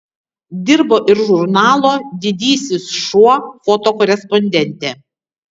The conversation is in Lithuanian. dirbo ir žurnalo didysis šuo fotokorespondente